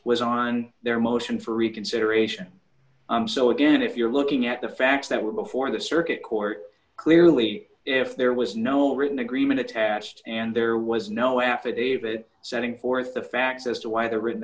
was on their motion for reconsideration so again if you're looking at the facts that were before the circuit court clearly if there was no written agreement attached and there was no affidavit setting forth the facts as to why the written